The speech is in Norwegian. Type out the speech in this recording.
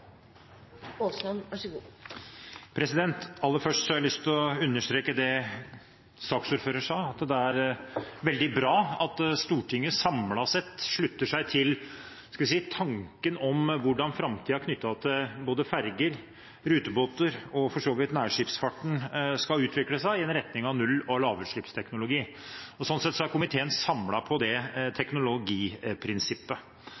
Aller først har jeg lyst til å understreke det saksordføreren sa, at det er veldig bra at Stortinget samlet sett slutter seg til tanken om hvordan framtiden knyttet til ferger, rutebåter og for så vidt også nærskipsfarten skal utvikle seg i en retning av null- og lavutslippsteknologi. Slik sett er komiteen samlet om dette teknologiprinsippet.